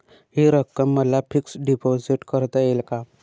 हि रक्कम मला फिक्स डिपॉझिट करता येईल का?